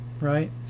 Right